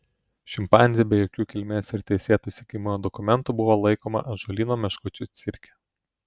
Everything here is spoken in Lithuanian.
šimpanzė be jokių kilmės ir teisėto įsigijimo dokumentų buvo laikoma ąžuolyno meškučių cirke